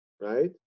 Right